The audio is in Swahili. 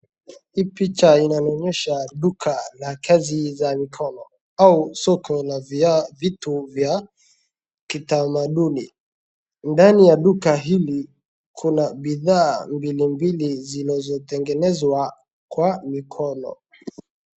Hii picha inanionyesha duka la kazi ya mikono au soko la vitu vya kitamaduni. Ndani ya duka hii kuna bidhaa mbilimbili zinazotengezwa kwa mikono.